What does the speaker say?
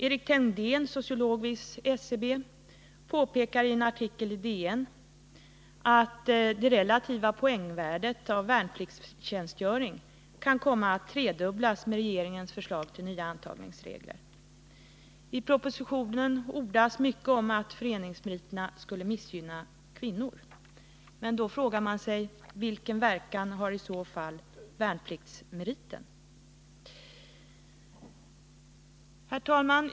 Erik Tängdén, sociolog vid SCB, påpekar i en artikel i DN att det relativa poängvärdet av värnpliktstjänstgöringen kan komma att tredubblas, om regeringens förslag om nya antagningsregler antas. I propositionen ordas mycket om att föreningsmeriterna skulle missgynna kvinnor. Då frågar man sig vilken verkan värnpliktsmeriten har. Herr talman!